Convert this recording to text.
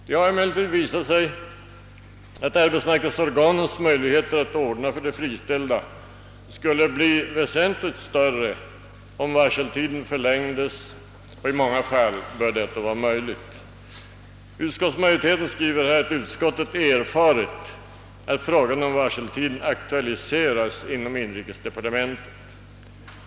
Det har emellertid visat sig att arbetsmarknadsorganens möjligheter att ordna för de friställda skulle bli väsentligt större, om varseltiden förlängdes, och i många fall bör detta vara möjligt. Utskottsmajoriteten erinrar på denna punkt att utskottet erfarit att frågan om varseltiden aktualiserats inom inrikesdepartementet.